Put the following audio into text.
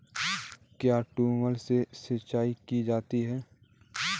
क्या ट्यूबवेल से सिंचाई की जाती है?